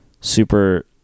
super